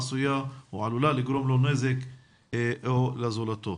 עשויה או יכולה לגרום לו נזק או לזולתו.